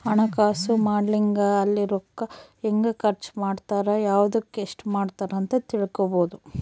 ಹಣಕಾಸು ಮಾಡೆಲಿಂಗ್ ಅಲ್ಲಿ ರೂಕ್ಕ ಹೆಂಗ ಖರ್ಚ ಮಾಡ್ತಾರ ಯವ್ದುಕ್ ಎಸ್ಟ ಮಾಡ್ತಾರ ಅಂತ ತಿಳ್ಕೊಬೊದು